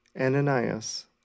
Ananias